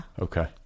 okay